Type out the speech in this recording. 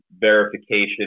verification